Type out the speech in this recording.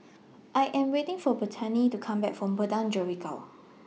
I Am waiting For Bethany to Come Back from Padang Jeringau